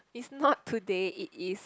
is not today it is